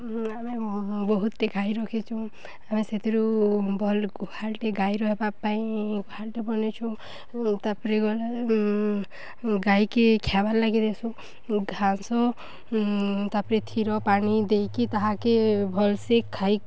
ଆମେ ବହୁତ୍ଟେ ଗାଈ ରଖିଛୁଁ ଆମେ ସେଥିରୁ ଭଲ୍ ଗୁହାଲ୍ଟେ ଗାଈ ରହିବା ପାଇଁ ଗୁହାଲ୍ଟେ ବନେଇଛୁ ତା'ପରେ ଗଲା ଗାଈକେ ଖାଏବାର୍ଲାଗି ଦେସୁଁ ଘାସ ତା'ପରେ କ୍ଷୀର ପାଣି ଦେଇକି ତାହାକେ ଭଲ୍ସେ ଖାଇ